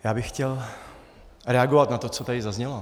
Já bych chtěl reagovat na to, co tady zaznělo.